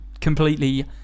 completely